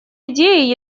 идеи